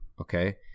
okay